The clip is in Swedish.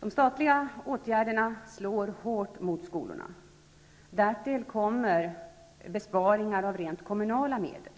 De statliga åtgärderna slår hårt mot skolorna. Därtill kommer besparingar av rent kommunala medel.